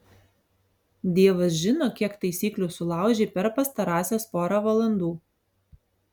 dievas žino kiek taisyklių sulaužei per pastarąsias porą valandų